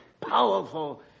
powerful